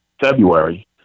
February